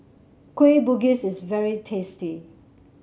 Kueh Bugis is very tasty